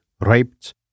raped